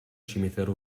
cimitero